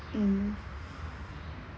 mm